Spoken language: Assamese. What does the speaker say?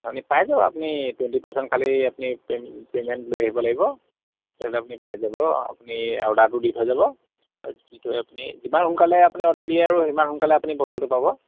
আপুনিও পাই যাব আপুনি টুৱেন্টি পাৰচেন্ট খালি আপুনি পে পেমেন্ট লৈ আহিব লাগিব পেমেন্ট আপুনি পাই যাব আপুনি অৰ্ডাৰটো দি থৈ যাব যিটো আপুনি যিমান সোনকালে আপুনি অৰ্ডাৰ দিয়ে আৰু সিমান সোনকালে আপুনি বস্তুটো পাব